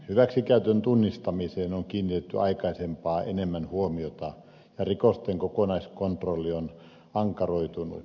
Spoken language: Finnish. hyväksikäytön tunnistamiseen on kiinnitetty aikaisempaa enemmän huomiota ja rikosten kokonaiskontrolli on ankaroitunut